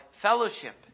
fellowship